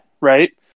right